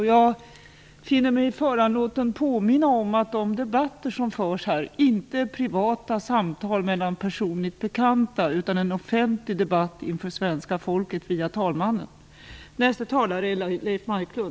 Jag finner mig föranlåten att påminna om att de debatter som förs här i kammaren inte är privata samtal mellan personligt bekanta utan en offentlig debatt inför svenska folket via talmannen.